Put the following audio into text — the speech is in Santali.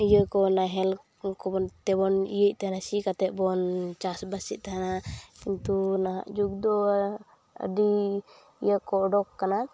ᱤᱭᱟᱹᱠᱚ ᱱᱟᱦᱮᱞᱠᱚ ᱵᱚᱱ ᱛᱮᱵᱚᱱ ᱤᱭᱟᱹᱭᱮᱫ ᱛᱮᱱᱟᱱᱟ ᱥᱤ ᱠᱟᱛᱮᱫ ᱵᱚᱱ ᱪᱟᱥᱵᱟᱥᱮᱫ ᱛᱮᱦᱮᱱᱟ ᱠᱤᱱᱛᱩ ᱱᱟᱦᱟᱜ ᱡᱩᱜᱽᱫᱚ ᱟᱹᱰᱤ ᱤᱭᱟᱹᱠᱚ ᱚᱰᱳᱠ ᱠᱟᱱᱟ